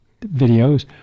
videos